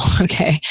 Okay